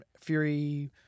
Fury